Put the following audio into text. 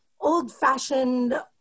old-fashioned